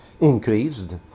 increased